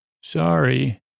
Sorry